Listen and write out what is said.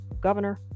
governor